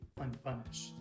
unpunished